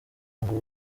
ngo